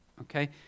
Okay